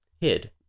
hid